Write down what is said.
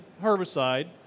herbicide